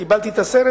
קיבלתי את הכסף,